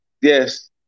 Yes